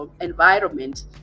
environment